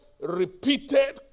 repeated